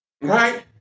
Right